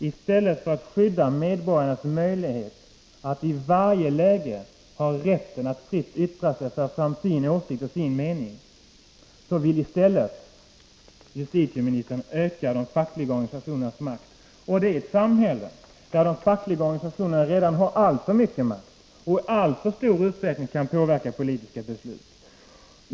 I stället för att skydda medborgarnas rätt att i varje läge fritt yttra sig för att föra fram sin åsikt och mening vill justitieministern öka de fackliga organisationernas makt — i ett samhälle där de fackliga organisationerna redan har alltför mycket makt och i alltför stor utsträckning kan påverka politiska beslut.